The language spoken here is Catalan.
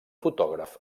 fotògraf